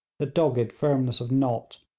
the dogged firmness of nott,